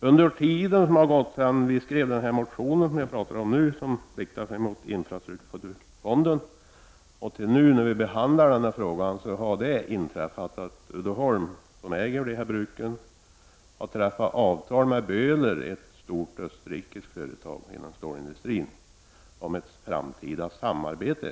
Under den tid som gått sedan vi väckte den motion som jag nu talar om har det inträffat att Uddeholm, som äger dessa bruk, har träffat avtal med Böhler, ett stort österrikiskt företag inom stålindustrin, om ett framtida samarbete.